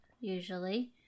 usually